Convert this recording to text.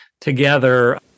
together